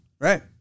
Right